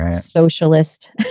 socialist